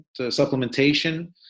supplementation